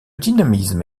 dynamisme